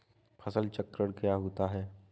फसल चक्रण क्या होता है?